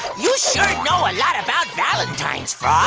you sure know a lot about valentines, frog.